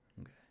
Okay